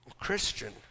Christian